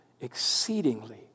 exceedingly